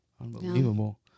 Unbelievable